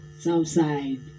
Southside